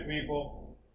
people